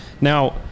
now